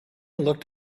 looked